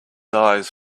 eyes